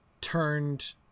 turned